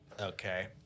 okay